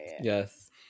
yes